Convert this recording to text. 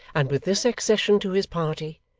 and with this accession to his party,